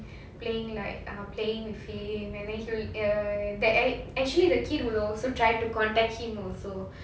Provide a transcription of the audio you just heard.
playing like ah playing with him and then he'll uh the act~ actually the kid will also try to contact him also